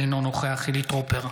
אינו נוכח חילי טרופר,